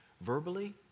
verbally